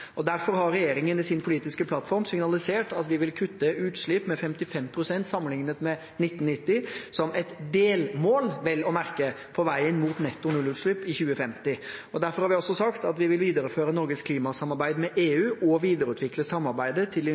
Derfor har regjeringen i sin politiske plattform signalisert at vi vil kutte utslipp med 55 pst. sammenliknet med 1990, som et delmål, vel og merke, på veien mot netto nullutslipp i 2050. Derfor har vi også sagt at vi vil videreføre Norges klimasamarbeid med EU og videreutvikle samarbeidet til